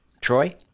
Troy